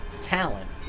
talent